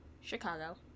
Chicago